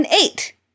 eight